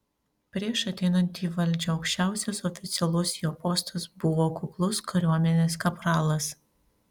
prieš ateinant į valdžią aukščiausias oficialus jo postas buvo kuklus kariuomenės kapralas